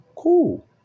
cool